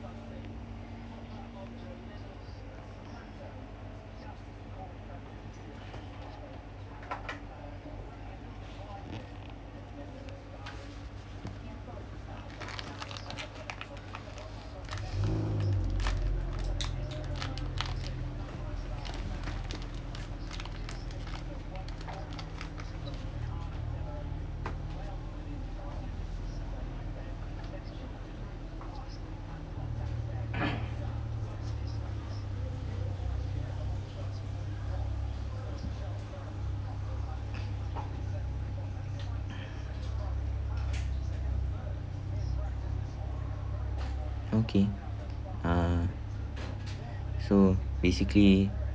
okay uh so basically